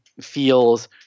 feels